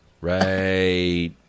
Right